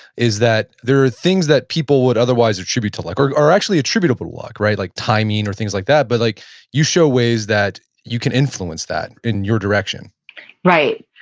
is that there are things that people would otherwise attribute to like luck are actually attributable to luck, right? like timing or things like that, but like you show ways that you can influence that in your direction right.